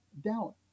doubt